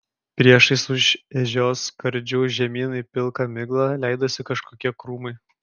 priešais už ežios skardžiu žemyn į pilką miglą leidosi kažkokie krūmai